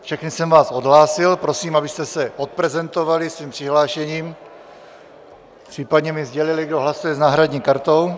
Všechny jsem vás odhlásil, prosím, abyste se odprezentovali svým přihlášením, případně mi sdělili, kdo hlasuje s náhradní kartou.